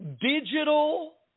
digital